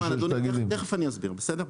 זה לא לוקח זמן, אדוני, תיכף אני אסביר, בסדר?